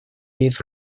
bydd